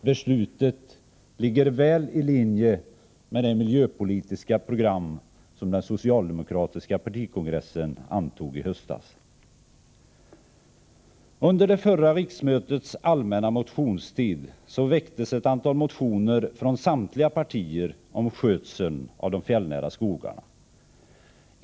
Beslutet ligger väl i linje med det miljöpolitiska program som den socialdemokratiska partikongressen antog i höstas. Under det förra riksmötets allmänna motionstid väcktes ett antal motioner från samtliga partier om skötseln av de fjällnära skogarna.